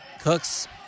Cook's